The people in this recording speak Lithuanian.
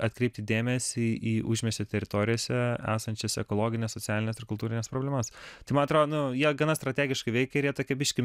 atkreipti dėmesį į užmiesčio teritorijose esančias ekologines socialines ir kultūrines problemas tai man atrodo nu jie gana strategiškai veikia ir jie tokie biškį